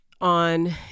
on